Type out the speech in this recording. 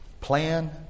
Plan